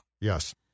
Yes